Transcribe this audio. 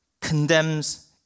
condemns